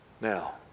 now